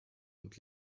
und